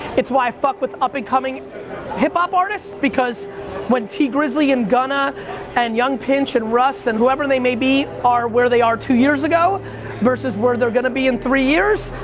it's why i fuck with up-and-coming hip hop artists because when tee grizzly and gunna and young pinch and russ and whoever they may be are where they are two years ago versus where they're gonna be in three years,